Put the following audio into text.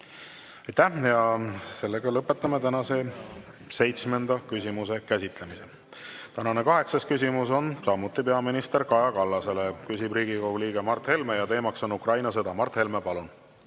käes. Aitäh! Lõpetame tänase seitsmenda küsimuse käsitlemise. Tänane kaheksas küsimus on samuti peaminister Kaja Kallasele. Küsib Riigikogu liige Mart Helme ja teema on Ukraina sõda. Mart Helme, palun!